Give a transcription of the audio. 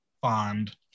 fond